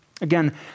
Again